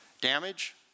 Damage